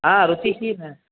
ह रुचिः न